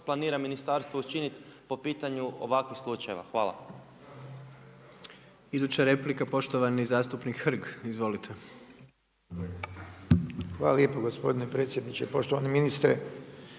planira ministarstvo učiniti po pitanju ovakvih slučajeva? Hvala.